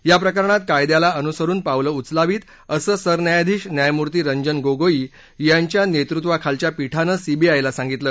या प्रकरणात कायद्याला अनुसरुन पावलं उचलावीत असं सरन्यायाधीश न्यायमूर्ती रंजन गोगोई यांच्या नेतृत्वाखालच्या पीठानं सीबीआयला सांगितलं